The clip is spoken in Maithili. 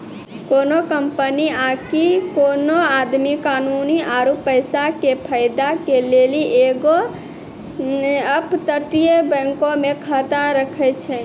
कोनो कंपनी आकि कोनो आदमी कानूनी आरु पैसा के फायदा के लेली एगो अपतटीय बैंको मे खाता राखै छै